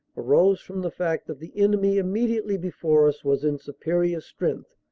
arose from the fact that the enemy immediately before us was in superior strength,